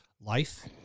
life